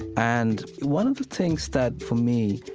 and one of the things that, for me,